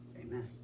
amen